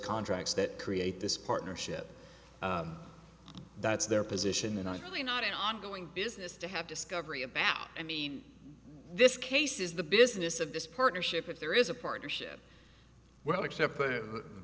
contracts that create this partnership that's their position and i really not an ongoing business to have discovery about this case is the business of this partnership if there is a partnership well except